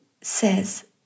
says